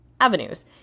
avenues